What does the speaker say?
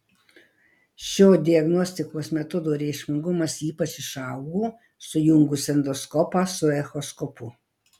šio diagnostikos metodo reikšmingumas ypač išaugo sujungus endoskopą su echoskopu